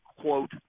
quote